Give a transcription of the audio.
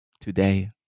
today